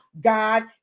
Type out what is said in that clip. god